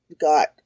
got